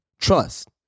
Trust